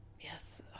yes